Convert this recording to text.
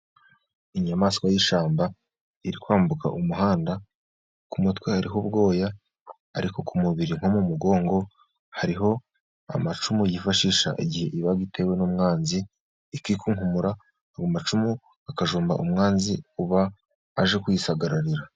Inyamaswa y'ishyamba iri kwambuka umuhanda. Ku mutwe hariho ubwoya, ariko ku mubiri nko mu mugongo hariho amacumu yifashisha, igihe iba itewe n'umwanzi, ikikunkumura ayo macumu akajomba umwanzi uba aje kuyisagararira.